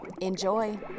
Enjoy